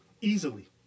Easily